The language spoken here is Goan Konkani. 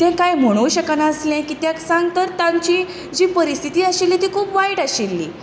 तें कांय म्हणूंक शकनासलें कित्याक सांग तर तांची जी परिस्थिती आशिल्ली ती खूब वायट आशिल्ली